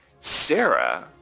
Sarah